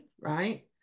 right